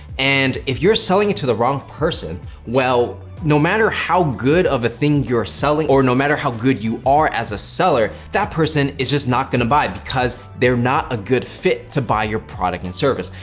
and if you're selling it to the wrong person, well, no matter how good of a thing you're selling, or no matter how good you are as a seller, that person is just not gonna buy because they're not a good fit to buy your product and service.